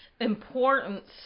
importance